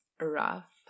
rough